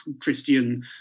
Christian